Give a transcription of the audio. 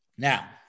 Now